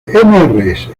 mrs